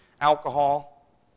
alcohol